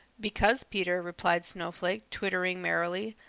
because, peter, replied snowflake, twittering merrily,